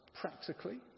practically